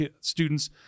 students